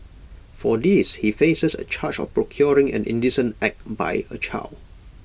for this he faces A charge of procuring an indecent act by A child